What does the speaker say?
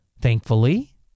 thankfully